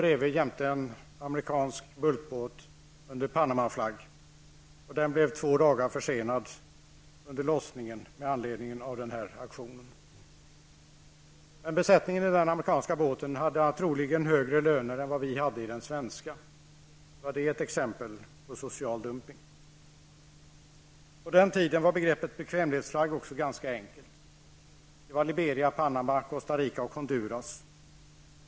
Jämte oss låg en amerikansk bulkbåt under Panamaflagg som genom aktionen blev två dagar försenad med sin lossning. Men troligen hade besättningen på den amerikanska båten högre löner än vad vi hade i den svenska. Var det ett exempel på social dumpning? På den tiden var begreppet bekvämlighetsflagg också ganska enkelt. Det gällde Liberia, Panama, Costa Rica och Honduras.